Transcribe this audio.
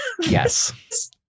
Yes